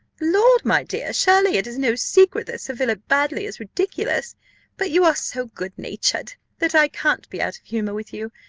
lord, my dear, surely it is no secret that sir philip baddely is ridiculous but you are so good-natured that i can't be out of humour with you.